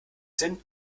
sind